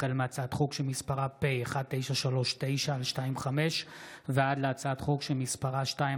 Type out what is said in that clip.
החל בהצעת חוק פ/1939/25 וכלה בהצעת חוק פ/2158/25: